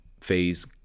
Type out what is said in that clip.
phase